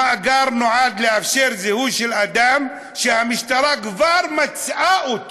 המאגר נועד לאפשר זיהוי של אדם שהמשטרה כבר מצאה,